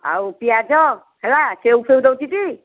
ଆଉ ପିଆଜ ହେଲା ସେଉ ଫେଉ ଦେଉଛି ଟି